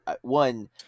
one